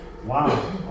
Wow